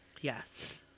Yes